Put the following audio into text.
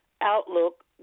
outlook